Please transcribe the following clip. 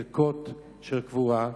חלקות קבורה,